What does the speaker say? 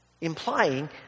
Implying